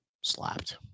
slapped